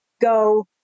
go